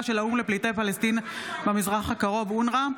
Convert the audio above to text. של האו"ם לפליטי פלסטין במזרח הקרוב (אונר"א),